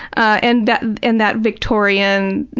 and in that victorian,